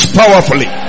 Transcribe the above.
powerfully